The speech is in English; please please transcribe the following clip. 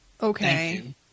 Okay